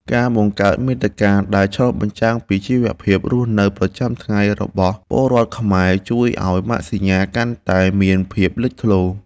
ការបង្កើតមាតិកាដែលឆ្លុះបញ្ចាំងពីជីវភាពរស់នៅប្រចាំថ្ងៃរបស់ពលរដ្ឋខ្មែរជួយឱ្យម៉ាកសញ្ញាកាន់តែមានភាពលេចធ្លោ។